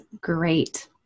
great